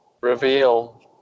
reveal